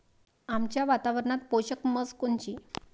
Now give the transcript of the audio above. आमच्या वातावरनात पोषक म्हस कोनची?